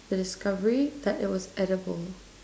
the discovery that it was edible